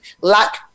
lack